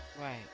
Right